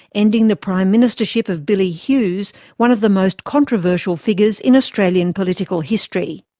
ending the prime ministership of billy hughes, one of the most controversial figures in australian political history.